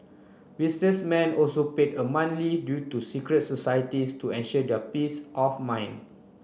businessmen also paid a monthly due to secret societies to ensure their peace of mind